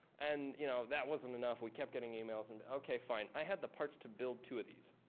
and, you know, that wasn't enough. we kept getting e-mails. and okay, fine. i had the parts to build two of these.